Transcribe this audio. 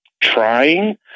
trying